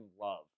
love